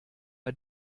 bei